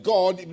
God